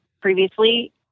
Previously